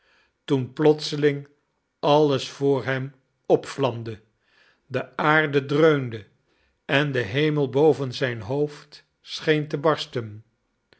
toen plotseling alles voor hem opvlamde de aarde dreunde en de hemel boven zijn hoofd scheen te barsten